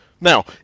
now